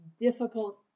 difficult